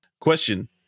Question